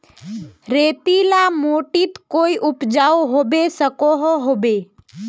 रेतीला माटित कोई उपजाऊ होबे सकोहो होबे?